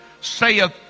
saith